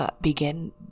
begin